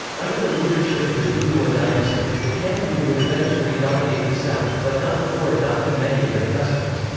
under the leadership of the duguwa dynasty, the kanembu would eventually dominate the sao, but not before adopting many of their customs.